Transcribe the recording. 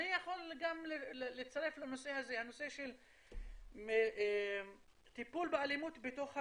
אני יכול גם לצרף לנושא הזה את הנושא של טיפול באלימות בתוך המשפחה.